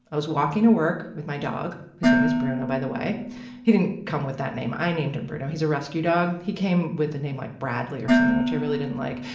i was walking to work with my dog, his name is bruno by the way he didn't come with that name. i named him bruno. he's a rescue dog. he came with the name like bradley or something, which i really didn't like,